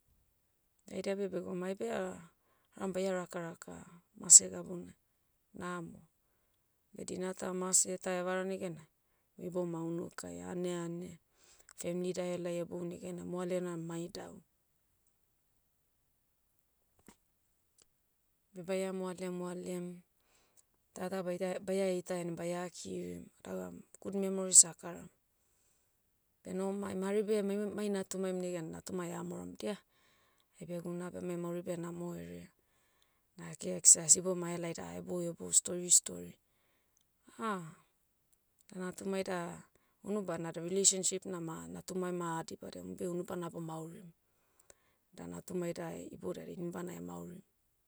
Da ida beh begoum aibe ah- aram baia rakaraka, mase gabuna. Namo. Beh dina ta mase ta evara negena, mui bama unukai aneane. Femli da ahelai heboum negena moalena ma idau. Beh baia moale moalem, tata baita- baia ita henim baia kirim, dagam, good memories akaram. Benom aim- hari beh mai- mai natumaim negan natumai ahmorom dia, aibe guna beh mai mauri beh namo herea. Da geks ah sibomai ahelai da hebou hebou stori stori. Ah, da natumai da, unubana da relationship nama, natumai ma adibadiam umbeh unubana bomaurim. Da natumai da, ibodiai da inibana emaurim.